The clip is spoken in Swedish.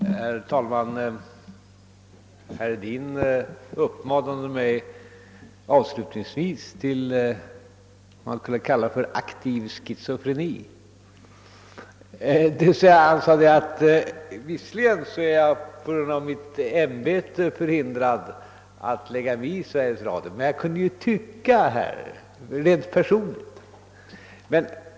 Herr talman! Herr Hedin uppmanade mig avslutningsvis till vad man skulle kunna kalla aktiv schizofreni. Han sade nämligen att jag på grund av mitt ämbete visserligen är förhindrad att lägga mig i Sveriges Radios angelägenheter men att jag i alla fall kunde tycka något rent personligt.